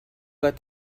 got